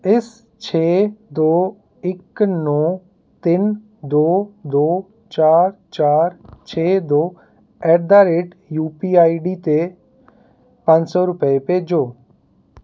ਇਸ ਛੇ ਦੋ ਇੱਕ ਨੌ ਤਿੰਨ ਦੋ ਦੋ ਚਾਰ ਚਾਰ ਛੇ ਦੋ at the rate U P I D 'ਤੇ ਪੰਜ ਸੌ ਰੁਪਏ ਭੇਜੋ